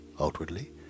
outwardly